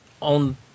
On